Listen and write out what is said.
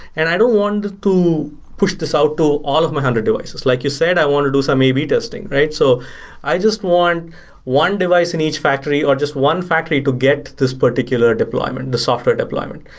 and i don't want to push this out to all of my hundred devices like you said, i want to do some ab testing, right? so i just want one device in each factory, or just one factory to get this particular deployment, the software deployment.